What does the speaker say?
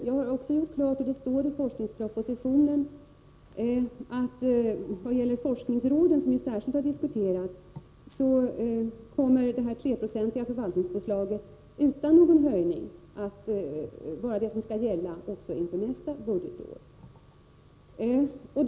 Jag har också gjort klart, och det står även i forskningspropositionen, att när det gäller forskningsråden, som särskilt har diskuterats, kommer det 3-procentiga förvaltningspåslaget att gälla utan någon höjning även nästa budgetår.